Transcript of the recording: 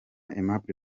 aimable